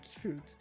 truth